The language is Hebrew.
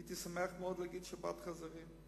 הייתי שמח מאוד להגיד שפעת החזירים,